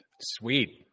Sweet